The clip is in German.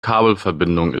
kabelverbindungen